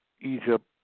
Egypt